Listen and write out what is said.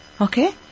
Okay